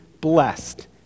blessed